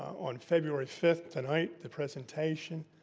on february fifth, tonight, the presentation,